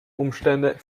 umstände